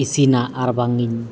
ᱤᱥᱤᱱᱟ ᱟᱨᱵᱟᱝᱤᱧ